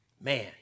Man